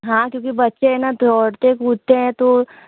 हाँ तो फिर बच्चे है न दौड़ते है कूदते हैं तो